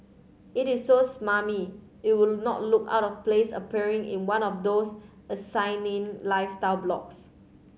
it is so smarmy it would not look out of place appearing in one of those asinine lifestyle blogs